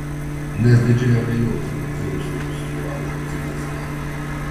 nes didžiai abejoju kad virusai bus sugraužę cinizmą